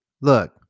look